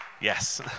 Yes